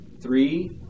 Three